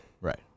right